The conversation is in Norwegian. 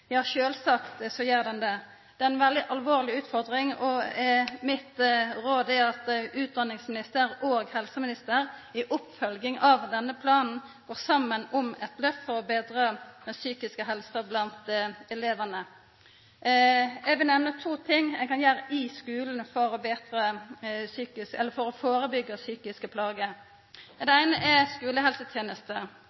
gjer det det. Det er ei veldig alvorleg utfordring, og mitt råd er at utdanningsminister og helseminister i oppfølginga av denne planen går saman om eit lyft for å betra den psykiske helsa blant elevane. Eg vil nemna to ting ein kan gjera i skulen for å førebyggja psykiske plager. Det eine er skulehelsetenesta. Vi må innrømma at ho er for